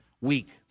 week